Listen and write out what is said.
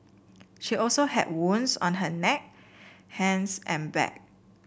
she also had wounds on her neck hands and back